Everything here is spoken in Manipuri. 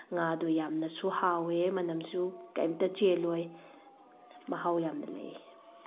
ꯉꯥꯗꯨ ꯌꯥꯝꯅꯁꯨ ꯍꯥꯎꯋꯦ ꯃꯅꯝꯁꯨ ꯀꯔꯤꯝꯇ ꯆꯦꯜꯂꯣꯏ ꯃꯍꯥꯎ ꯌꯥꯝꯅ ꯂꯩ